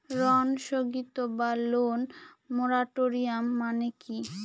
ঋণ স্থগিত বা লোন মোরাটোরিয়াম মানে কি?